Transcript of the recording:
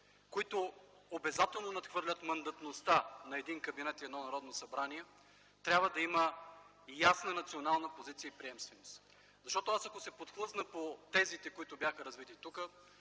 които обезателно надхвърлят мандатността на един кабинет и едно Народно събрание, трябва да има ясна национална позиция и приемственост. Ако аз се подхлъзна по тезите, които бяха развити тук,